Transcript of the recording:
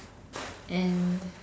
and